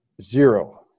Zero